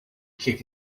kick